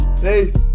Peace